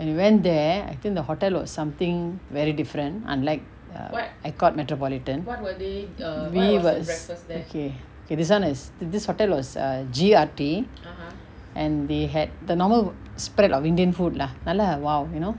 when we went there I think the hotel was something very different unlike err I called metropolitan we was okay okay this one is this hotel was err G_R_T and they had the normal spread of indian food lah நல்லா:nalla !wow! you know